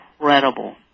incredible